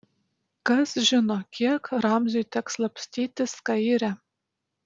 kas žino kiek ramziui teks slapstytis kaire